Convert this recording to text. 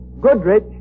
Goodrich